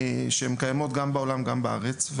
שקיימות גם בעולם וגם בארץ.